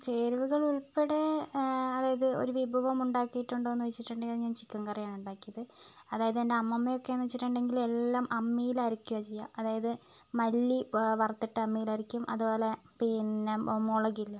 ചേരുവകൾ ഉൾപ്പടെ അതായത് ഒരു വിഭവം ഉണ്ടാക്കിയിട്ടുണ്ടോയെന്ന് വെച്ചിട്ടുണ്ടെങ്കിൽ ഞാൻ ചിക്കൻ കറിയാണ് ഉണ്ടാക്കിയത് അതായത് എൻ്റെ അമ്മമ്മ ഒക്കെയെന്ന് വെച്ചിട്ടുണ്ടെങ്കിൽ എല്ലാം അമ്മിയിലരക്കുകയാ ചെയ്യുക അതായത് മല്ലിവറുത്തിട്ട് അമ്മിയിലരക്കും അതുപോലെ പിന്നെ മുളകില്ലേ